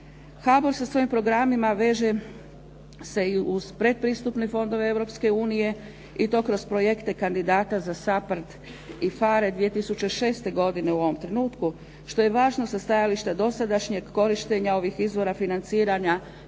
HABOR sa svojim programima veže se i uz pretpristupne fondove Europske unije i to kroz projekte kandidata za SAPARD i PHARE 2006. godine u ovom trenutku. Što je važno sa stajališta dosadašnjeg korištenja ovih izvora financiranja